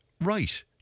right